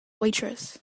waitress